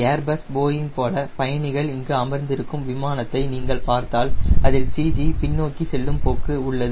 Airbus Boeing போல பயணிகள் இங்கு அமர்ந்திருக்கும் விமானத்தை நீங்கள் பார்த்தால் அதில் CG பின்னோக்கி செல்லும் போக்கு உள்ளது